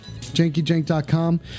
JankyJank.com